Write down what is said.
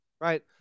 right